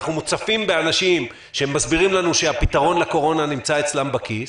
אנחנו מוצפים באנשים שמסבירים לנו שהפתרון לקורונה נמצא אצלם בכיס,